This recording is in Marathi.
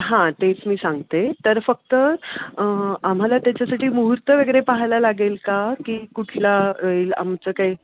हां तेच मी सांगते तर फक्त आम्हाला त्याच्यासाठी मुहूर्त वगैरे पाहायला लागेल का की कुठला येईल आमचं काही